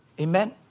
Amen